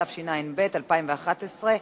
התשע"ב 2011,